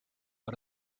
war